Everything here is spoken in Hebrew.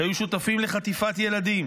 שהיו שותפים לחטיפת ילדים,